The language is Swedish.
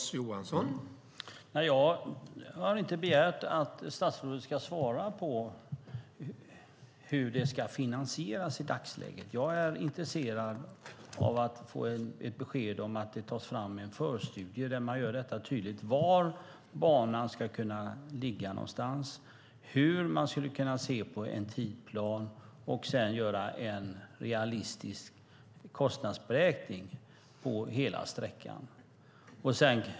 Herr talman! Jag har inte begärt att statsrådet ska svara på hur detta ska finansieras i dagsläget. Jag är intresserad av att få ett besked om att det tas fram en förstudie där man gör det tydligt var banan ska ligga någonstans, tidsplan, vidare göra en realistisk kostnadsberäkning på hela sträckan.